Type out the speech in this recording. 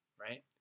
right